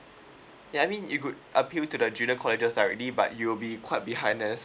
ya I mean you could appeal to the junior colleges directly but you will be quite behind us